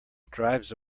drives